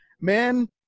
Man